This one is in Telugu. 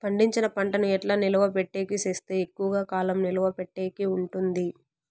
పండించిన పంట ను ఎట్లా నిలువ పెట్టేకి సేస్తే ఎక్కువగా కాలం నిలువ పెట్టేకి ఉంటుంది?